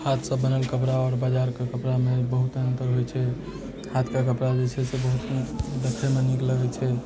हाथसँ बनल कपड़ा आओर बाजारके बनल कपड़ामे बहुत अन्तर होइ छै हाथके कपड़ा जे होइ छै से बहुत देखैमे नीक लगै छै